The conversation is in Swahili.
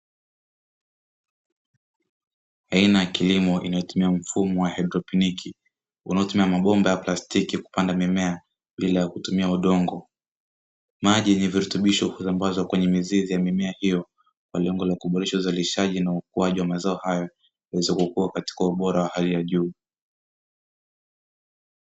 Aina ya kilimo inayotumia mfumo wa haidroponi wanaotumia mabomba ya plastiki kupanda mimea bila ya kutumia udongo, maji ni virutubisho ambazo kwenye mizizi ya mimea hiyo kwa lengo la kuboresha uzalishaji na ukuaji wa mazao hayo tuweze kuokoa katika ubora wa hali ya juu.